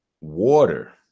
water